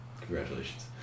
Congratulations